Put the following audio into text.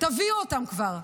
תביאו אותם כבר.